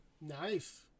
Nice